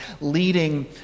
leading